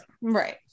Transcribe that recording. right